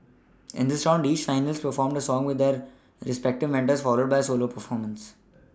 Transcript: in this round each finalist performed a song with their respective Mentors followed by a solo performance